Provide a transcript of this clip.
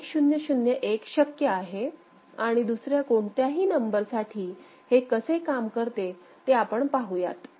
1001 शक्य आहे आणि दुसर्या कोणत्याही अंकासाठी हे कसे काम करते ते आपण पाहूयात